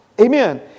amen